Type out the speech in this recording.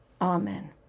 amen